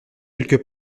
quelque